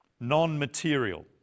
non-material